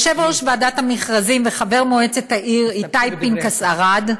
יושב-ראש ועדת המכרזים וחבר מועצת העיר איתי פנקס ארד,